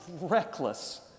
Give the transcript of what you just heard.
reckless